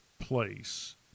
place